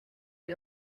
est